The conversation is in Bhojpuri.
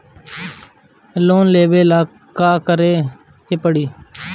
लोन लेबे ला का करे के पड़ी?